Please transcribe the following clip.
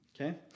Okay